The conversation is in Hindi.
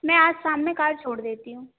मैं आज शाम में कार छोड़ देती हूँ